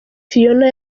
phiona